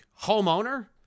homeowner